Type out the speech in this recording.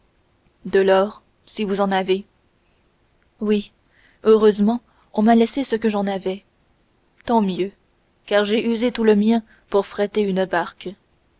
de l'or si vous en avez oui heureusement on m'a laissé ce que j'en avais tant mieux car j'ai usé tout le mien pour fréter une barque